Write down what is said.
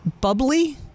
Bubbly